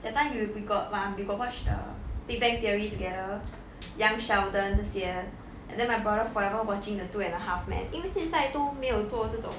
that time you we got mah we got watch the big bang theory together young sheldon 这些 and then my brother forever watching the two and a half men 因为现在都没有做这种